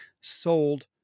sold